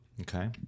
Okay